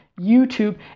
YouTube